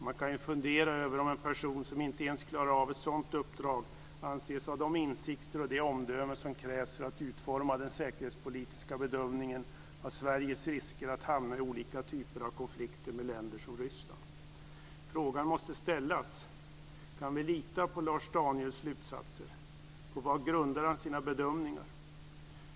Man kan fundera över om en person som inte ens klarar av ett sådant uppdrag anses ha de insikter och det omdöme som krävs för att utforma den säkerhetspolitiska bedömningen av Sveriges risker att hamna i olika typer av konflikter med länder som Frågan måste ställas. Kan vi lita på Lars Danielssons slutsatser? På vad grundar han sina bedömningar?